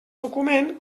document